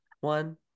one